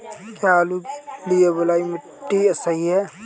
क्या आलू के लिए बलुई मिट्टी सही है?